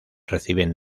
reciben